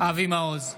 אבי מעוז,